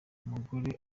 umugore